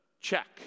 check